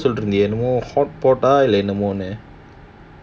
சொல்லி திருந்தியே என்னமோ:solli tirunthiyae ennamo hotpot ah இல்ல என்னமோ ஒன்னு:illa ennamo onnu